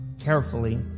carefully